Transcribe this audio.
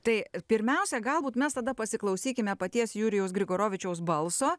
tai pirmiausia galbūt mes tada pasiklausykime paties jurijaus grigorovičiaus balso